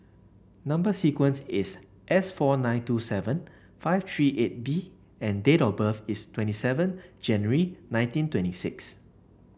number sequence is S four nine two seven five three eight B and date of birth is twenty seven January nineteen twenty six